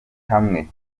hamwe